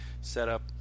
setup